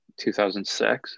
2006